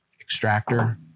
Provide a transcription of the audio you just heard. Extractor